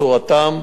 צורתן,